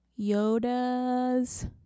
Yoda's